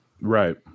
Right